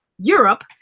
Europe